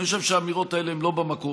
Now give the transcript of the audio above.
אני חושב שהאמירות האלה הן לא במקום,